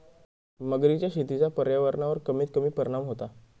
मगरीच्या शेतीचा पर्यावरणावर कमीत कमी परिणाम होता